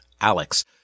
Alex